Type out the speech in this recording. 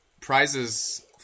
prizes